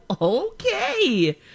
okay